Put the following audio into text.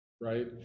right